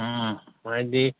ꯎꯝ ꯎꯝ ꯍꯥꯏꯗꯤ